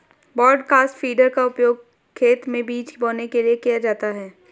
broadcast feeder का उपयोग खेत में बीज बोने के लिए किया जाता है